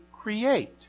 create